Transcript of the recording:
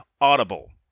Audible